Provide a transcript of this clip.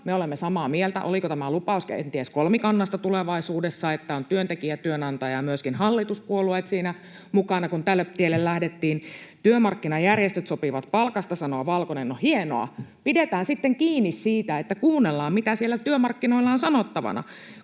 me olemme samaa mieltä. Oliko tämä kenties lupaus kolmikannasta tulevaisuudessa, että on työntekijä, työnantaja ja myöskin hallituspuolueet siinä mukana, kun tälle tielle lähdettiin? Työmarkkinajärjestöt sopivat palkasta, sanoo Valkonen. No hienoa, pidetään sitten kiinni siitä, että kuunnellaan, mitä siellä työmarkkinoilla on sanottavana.